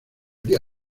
día